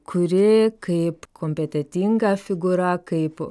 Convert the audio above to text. kuri kaip kompetentinga figūra kaip